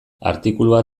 artikulua